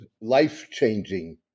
life-changing